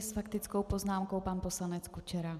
S faktickou poznámkou pan poslanec Kučera.